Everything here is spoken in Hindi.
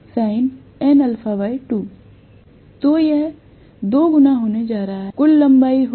तो यह 2 गुना होने जा रहा है यह कुल लंबाई होगी